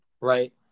Right